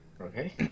Okay